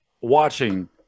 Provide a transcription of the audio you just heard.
watching